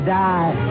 die